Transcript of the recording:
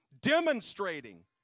demonstrating